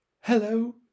Hello